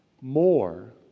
more